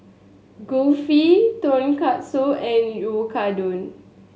Kulfi Tonkatsu and Oyakodon